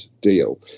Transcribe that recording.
deal